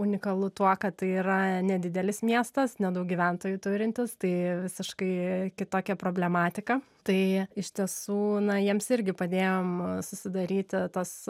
unikalu tuo kad tai yra nedidelis miestas nedaug gyventojų turintis tai visiškai kitokia problematika tai iš tiesų na jiems irgi padėjom susidaryti tas